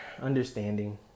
understanding